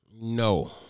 No